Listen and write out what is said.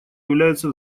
являются